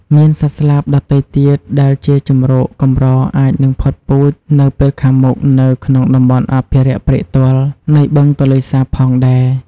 មានសត្វស្លាបដទៃទៀតដែលជាសត្វកម្រអាចនឹងផុតពូជនៅពេលខាងមុខនៅក្នុងតំបន់អភិរក្សព្រែកទាល់នៃបឹងទន្លេសាបផងដែរ។